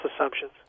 assumptions